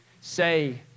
Say